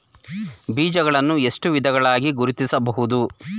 ಬೀಜಗಳನ್ನು ಎಷ್ಟು ವಿಧಗಳಾಗಿ ಗುರುತಿಸಬಹುದು?